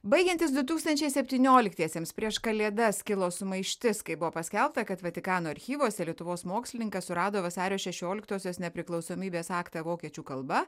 baigiantis du tūkstančiai septynioliktiesiems prieš kalėdas kilo sumaištis kai buvo paskelbta kad vatikano archyvuose lietuvos mokslininkas surado vasario šešioliktosios nepriklausomybės aktą vokiečių kalba